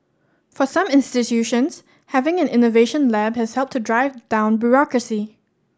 for some institutions having an innovation lab has helped to drive down bureaucracy